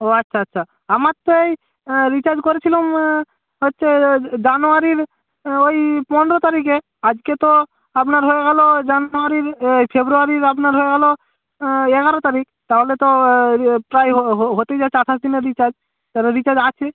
ও আচ্ছা আচ্ছা আমার তো এই রিচার্জ করেছিলাম হচ্ছে ওই জানুয়ারির ওই পনেরো তারিখে আজকে তো আপনার হয়ে গেলো জানুয়ারির এই ফেব্রুয়ারির আপনার হয়ে গেলো এগারো তারিখ তাহলে তো ইয়ে প্রায় হতে যাচ্ছে আঠাশ দিনের রিচার্জ তাহলে রিচার্জ আছে